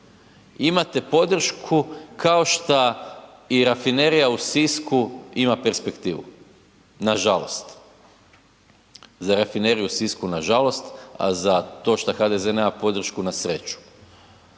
Imate podršku kao što i rafinerija u Sisku ima perspektivu, nažalost, za rafineriju u Sisku nažalost, a za to što HDZ nema podršku na sreću.